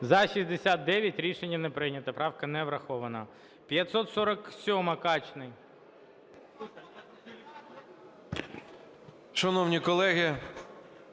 За-69 Рішення не прийнято. Правка не врахована. 547-а, Качний.